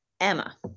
Emma